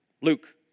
Luke